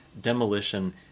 demolition